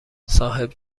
صاحب